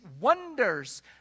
wonders